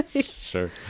Sure